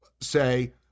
say